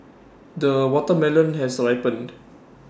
the watermelon has ripened